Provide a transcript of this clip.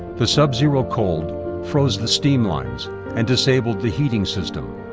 the sub-zero cold froze the steam lines and disabled the heating system,